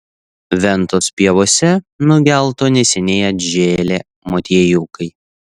ventos pievose nugelto neseniai atžėlę motiejukai